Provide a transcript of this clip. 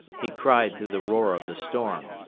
he cried through the roar of the storm.